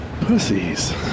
Pussies